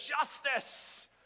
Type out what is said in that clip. justice